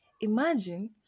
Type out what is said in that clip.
Imagine